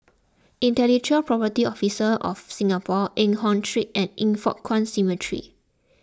Intellectual Property Office of Singapore Eng Hoon Street and Yin Foh Kuan Cemetery